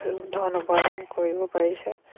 ধন উপাৰ্জন কৰিব পাৰিছে